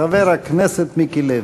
חבר הכנסת מיקי לוי.